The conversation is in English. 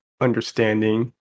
understanding